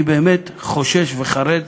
אני באמת חושש וחרד,